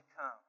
come